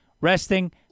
resting